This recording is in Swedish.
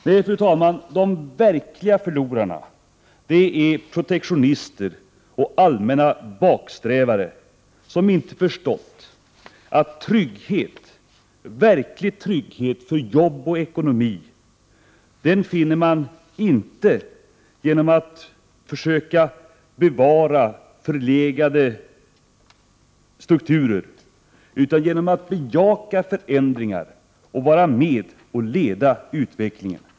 Nej, fru talman, de verkliga förlorarna är de protektionister och allmänna bakåtsträvare som inte förstått att verklig trygghet för jobb och ekonomi finner man inte genom att försöka bevara förlegade strukturer, utan genom att bejaka förändringar och vara med och leda utvecklingen.